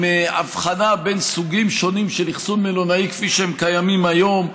עם הבחנה בין סוגים שונים של אכסון מלונאי כפי שהם קיימים היום,